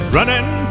Running